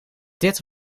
dit